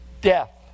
death